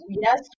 yes